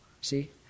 See